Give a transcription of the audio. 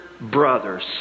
brothers